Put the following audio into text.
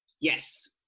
Yes